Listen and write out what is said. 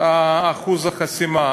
אחוז החסימה.